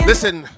Listen